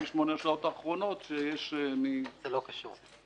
השעות האחרונות שיש --- זה לא קשור.